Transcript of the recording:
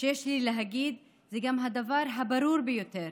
שיש לי להגיד זה גם הדבר הברור ביותר: